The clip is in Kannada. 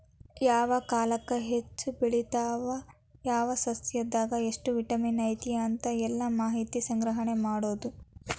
ಯಾವ ಕಾಲಕ್ಕ ಹೆಚ್ಚ ಬೆಳಿತಾವ ಯಾವ ಸಸ್ಯದಾಗ ಎಷ್ಟ ವಿಟಮಿನ್ ಐತಿ ಅಂತ ಎಲ್ಲಾ ಮಾಹಿತಿ ಸಂಗ್ರಹಣೆ ಮಾಡುದು